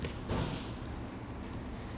I I would want teleportation